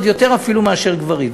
עוד יותר אפילו מאשר גברים.